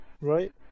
right